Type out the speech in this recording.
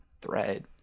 thread